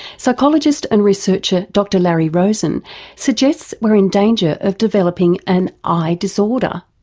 psychologist and researcher dr larry rosen suggests we're in danger of developing an i-disorder.